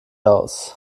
aus